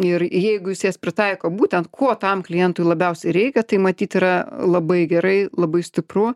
ir jeigu jūs jas pritaiko būtent kuo tam klientui labiausiai reikia tai matyt yra labai gerai labai stipru